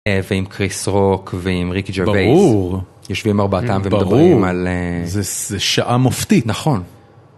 ועם קריס רוק, ועם ריקי ג'ווייס, יושבים ארבעתם ומדברים על... זה שעה מופתית. נכון.